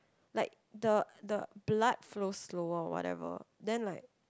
like the the blood flows slower or whatever then like